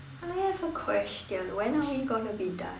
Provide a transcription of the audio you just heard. I have a question when are we gonna be done